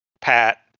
Pat